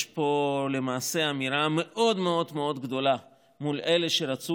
יש פה למעשה אמירה מאוד מאוד גדולה מול אלה שרצו